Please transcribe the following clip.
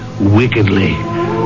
wickedly